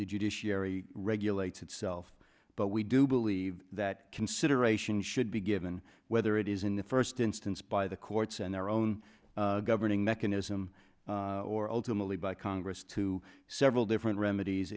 did you do sherry regulates itself but we do believe that consideration should be given whether it is in the first instance by the courts and their own governing mechanism or ultimately by congress to several different remedies